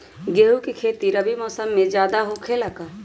गेंहू के खेती रबी मौसम में ज्यादा होखेला का?